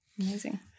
Amazing